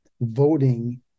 voting